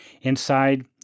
Inside